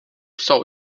saw